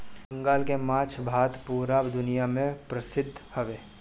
बंगाल के माछ भात पूरा दुनिया में परसिद्ध हवे